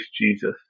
Jesus